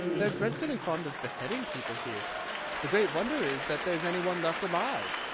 they're dreadfully fond of beheading people here the great wonder is that there's any one left alive!